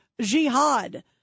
Jihad